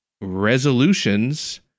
resolutions